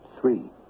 Three